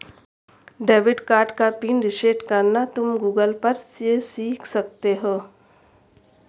debit card का PIN reset करना तुम गूगल पर से सीख सकते हो